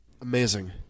Amazing